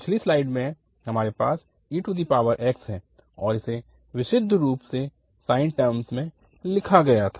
पिछली स्लाइड में हमारे पास ex है और इसे विशुद्ध रूप से साइन टर्मस में लिखा गया था